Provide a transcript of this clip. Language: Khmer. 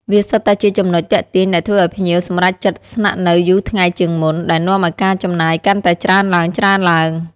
វាសុទ្ធតែជាចំណុចទាក់ទាញដែលធ្វើឱ្យភ្ញៀវសម្រេចចិត្តស្នាក់នៅយូរថ្ងៃជាងមុន ដែលនាំឱ្យការចំណាយកាន់តែច្រើនឡើងៗ។